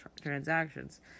transactions